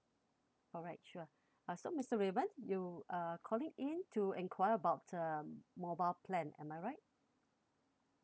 alright sure uh so mister raymond you are calling in to enquire about um mobile plan am I right